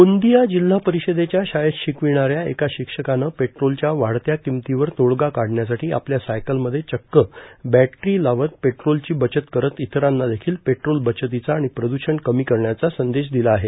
गोंदिया जिल्हा परिषदेच्या शाळेत शिकविणाऱ्या एका शिक्षकानं पेट्रोलच्या वाढत्या किमतीवर तोडगा काढण्यासाठी आपल्या सायकलमध्ये चक्क ब्यॅट्री लावत पेट्रोलची बचत करत इतरांना देखील पेट्रोल बचतीचा आणि प्रद्रषण कमी करण्याचा संदेश दिला आहे